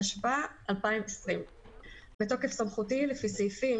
התשפ"א-2020 בתוקף סמכותי לפי סעיפים